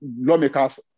lawmakers